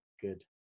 Good